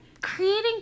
creating